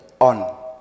on